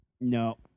No